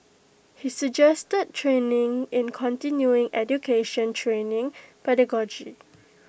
he suggested training in continuing education training pedagogy